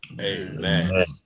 Amen